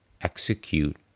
Execute